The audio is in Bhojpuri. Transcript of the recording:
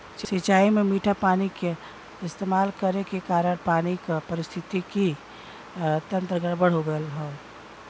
सिंचाई में मीठा पानी क इस्तेमाल करे के कारण पानी क पारिस्थितिकि तंत्र गड़बड़ हो गयल हौ